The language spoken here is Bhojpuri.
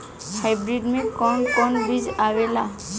हाइब्रिड में कोवन कोवन बीज आवेला?